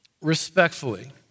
respectfully